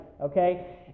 okay